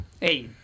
Hey